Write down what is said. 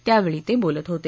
त्यावेळी ते बोलत होते